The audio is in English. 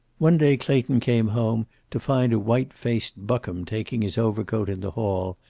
one day clayton came home to find a white-faced buckham taking his overcoat in the hall,